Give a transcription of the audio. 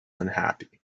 unhappy